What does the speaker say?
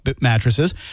mattresses